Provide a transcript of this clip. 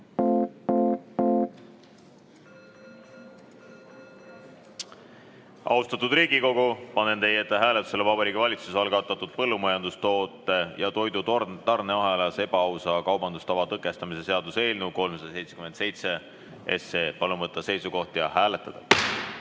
Austatud Riigikogu, panen teie ette hääletusele Vabariigi Valitsuse algatatud põllumajandustoote ja toidu tarneahelas ebaausa kaubandustava tõkestamise seaduse eelnõu 377. Palun võtta seisukoht ja hääletada!